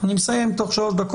מה שעמד